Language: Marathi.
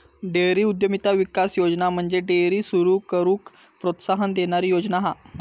डेअरी उद्यमिता विकास योजना म्हणजे डेअरी सुरू करूक प्रोत्साहन देणारी योजना हा